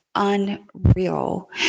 Unreal